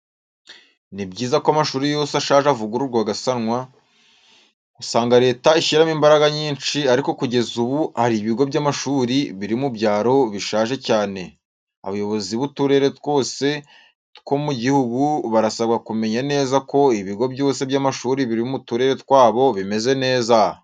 Ni byiza ko amashuri yose ashaje avugururwa agasanwa. Usanga leta ishyiramo imbaraga nyinshi ariko kugeza ubu hari ibigo by'amashuri biri mu byaro bishaje cyane. Abayobozi b'uturere twose two mu gihugu barasabwa kumenya neza ko ibigo byose by'amashuri biri mu turere twabo bimeze neza.